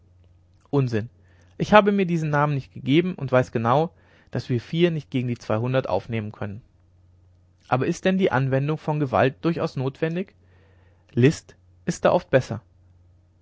unsinn ich habe mir diesen namen nicht gegeben und weiß genau daß wir vier nicht gegen die zweihundert aufkommen könnten aber ist denn die anwendung von gewalt durchaus notwendig list ist da oft besser